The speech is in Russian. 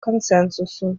консенсусу